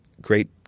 great